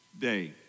day